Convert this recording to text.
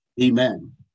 Amen